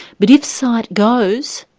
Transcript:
but if sight goes,